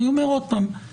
אני אומר עוד פעם,